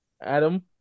Adam